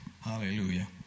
hallelujah